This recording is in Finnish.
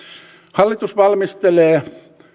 hallitus valmistelee